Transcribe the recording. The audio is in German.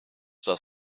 das